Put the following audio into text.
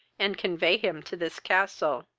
and convey him to this castle.